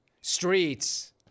streets